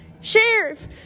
Sheriff